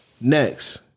Next